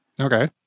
Okay